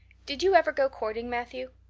did you ever go courting, matthew?